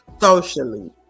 socially